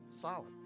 solid